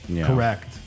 correct